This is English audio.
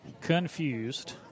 Confused